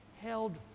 held